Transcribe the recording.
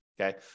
okay